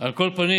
על כל פנים,